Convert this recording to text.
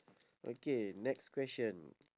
okay next question